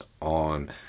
on